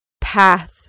path